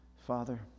Father